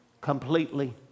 completely